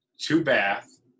two-bath